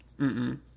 Mm-mm